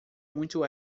muito